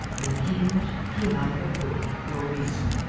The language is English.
will yield to neither hope nor reason